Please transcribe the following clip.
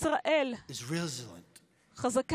ישראל חסינה.